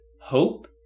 hope